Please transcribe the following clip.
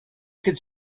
could